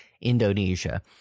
Indonesia